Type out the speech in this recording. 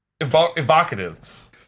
evocative